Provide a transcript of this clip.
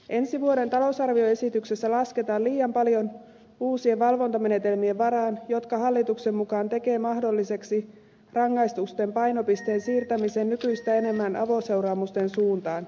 ensi vuoden talousarvioesityksessä lasketaan liian paljon uusien valvontamenetelmien varaan jotka hallituksen mukaan tekevät mahdolliseksi rangaistusten painopisteen siirtämisen nykyistä enemmän avoseuraamusten suuntaan